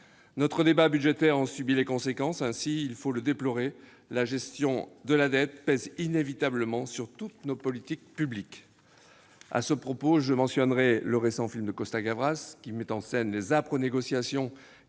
Notre débat budgétaire en subit les conséquences. Ainsi, et il faut le déplorer, la gestion de la dette pèse inévitablement sur toutes nos politiques publiques. À ce propos, je mentionnerai le récent film de Costa-Gavras, qui met en scène les âpres négociations